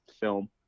film